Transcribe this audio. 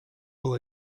will